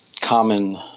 common